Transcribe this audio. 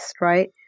right